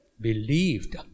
believed